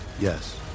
Yes